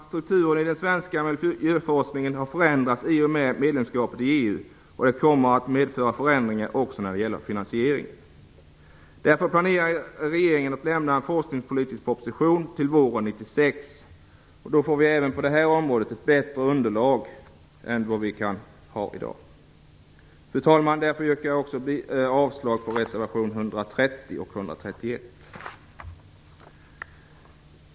Strukturen i den svenska miljöforskningen har förändrats i och med medlemskapet i EU, och det kommer att medföra förändringar också när det gäller finansieringen. Därför planerar regeringen att lägga fram en forskningspolitisk proposition under våren 1996, och då får vi även på det här området ett bättre underlag än vad vi har i dag. Fru talman! Jag yrkar därför avslag på reservationerna 130 och 131.